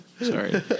Sorry